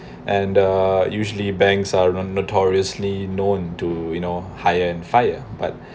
and uh usually banks are notoriously known to you know hire and fire but